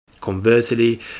Conversely